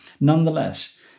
Nonetheless